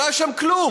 לא היה שם כלום.